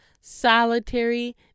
solitary